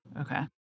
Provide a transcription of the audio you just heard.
Okay